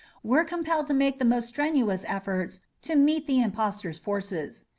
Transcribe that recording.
were compelled to make the most strenuous efforts to meet the impostor's forces.